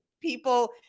people